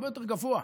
הרבה יותר גבוה.